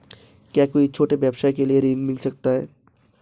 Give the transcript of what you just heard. क्या कोई छोटे व्यवसाय के लिए ऋण मिल सकता है?